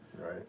Right